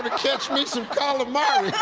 but catch me some calamari.